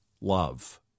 love